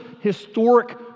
historic